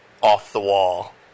off-the-wall